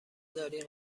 داری